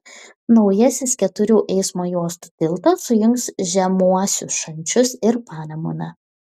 naujasis keturių eismo juostų tiltas sujungs žemuosius šančius ir panemunę